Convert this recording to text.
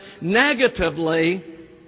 negatively